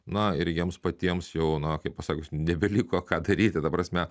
na ir jiems patiems jau na kaip pasakius nebeliko ką daryti ta prasme